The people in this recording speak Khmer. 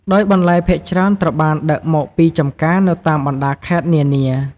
ដោយបន្លែភាគច្រើនត្រូវបានដឹកមកពីចំការនៅតាមបណ្តាខេត្តនានា។